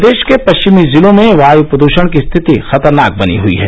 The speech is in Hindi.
प्रदेश के पश्चिमी जिलों में वायु प्रदूषण की स्थिति खतरनाक बनी हुई है